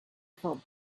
felt